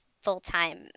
full-time